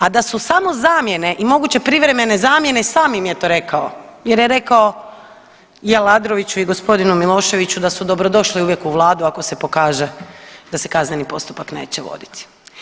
A da su samo zamjene i moguće privremene zamjene samim je to rekao jer je rekao i Aladroviću i g. Miloševiću da su dobrodošli uvijek u vladu ako se pokaže da se kazneni postupak neće voditi.